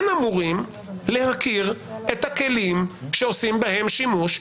כן אמורים להכיר את הכלים שעושים בהם שימוש,